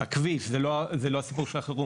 זה הכביש, זה לא הסיפור של החירום.